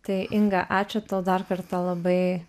tai inga ačiū tau dar kartą labai